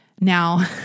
Now